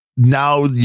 Now